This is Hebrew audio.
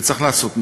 וצריך לעשות משהו,